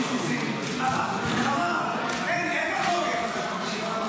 אין מחלוקת.